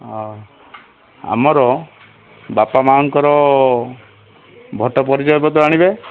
ହଁ ଆମର ବାପା ମାଆଙ୍କର ଭୋଟ୍ ପରିଚୟ ପତ୍ର ଆଣିବେ